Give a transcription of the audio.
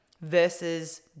versus